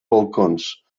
balcons